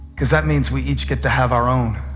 because that means we each get to have our own.